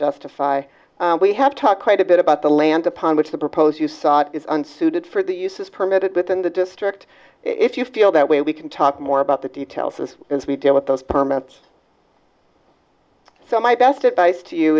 justify we have talked quite a bit about the land upon which the proposed you sought is unsuited for the use is permitted within the district if you feel that way we can talk more about the details as we deal with those permits so my best advice to you